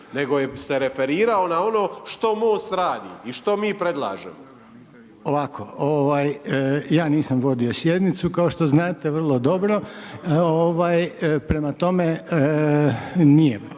nego se referirao na ono što MOST radi i što mi predlažemo. **Reiner, Željko (HDZ)** Ovako, ja nisam vodio sjednicu kao što znate vrlo dobro, prema tome, nije